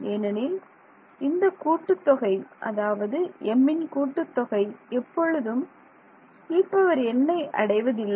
ஏனெனில் இந்த கூட்டுத்தொகை அதாவது mன் கூட்டுத்தொகை எப்பொழுதும் En ஐ அடைவதில்லை